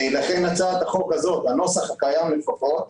לכן, הצעת החוק הזו, הנוסח הקיים לפחות,